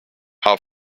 how